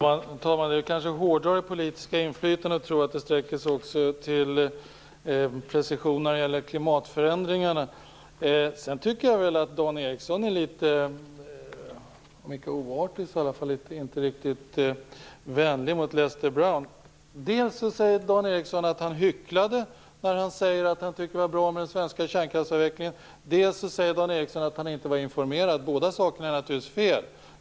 Fru talman! Det är kanske att hårdra det politiska inflytandet om man tror att det också sträcker sig till att gälla klimatförändringarna. Jag tycker att Dan Ericsson är, om inte oartig, så i alla fall inte riktigt vänlig mot Lester Brown. Han säger dels att Lester Brown hycklade när han sade att han tyckte att den svenska kärnkraftsavvecklingen var bra, dels att han inte var informerad. Båda sakerna är naturligtvis fel.